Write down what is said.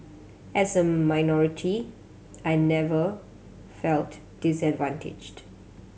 as a minority I never felt disadvantaged